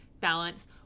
balance